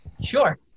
Sure